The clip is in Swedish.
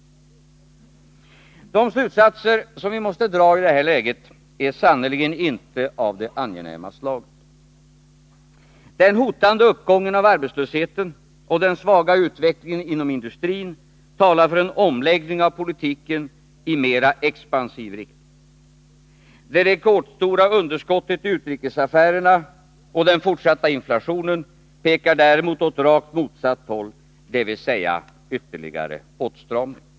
De slutsatser som måste dras i det här läget är sannerligen inte av det angenäma slaget. Den hotande uppgången av arbetslösheten och den svaga utvecklingen inom industrin talar för en omläggning av politiken i mer expansiv riktning. Det rekordstora underskottet i utrikesaffärerna och den fortsatta inflationen pekar däremot åt rakt motsatt håll, dvs. mot ytterligare åtstramning.